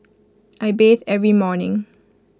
I bathe every morning